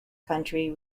country